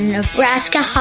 Nebraska